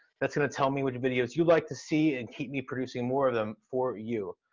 that's gonna tell me what videos you'd like to see and keep me producing more of them for you.